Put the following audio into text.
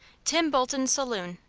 tim bolton's saloon.